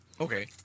Okay